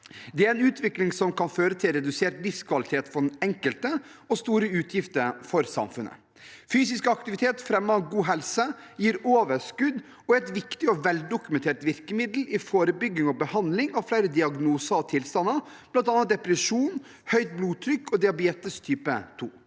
Det er en utvikling som kan føre til redusert livskvalitet for den enkelte og store utgifter for samfunnet. Fysisk aktivitet fremmer god helse, gir overskudd og er et viktig og veldokumentert virkemiddel i forebygging og behandling av flere diagnoser og tilstander, bl.a. depresjon, høyt blodtrykk og diabetes type 2.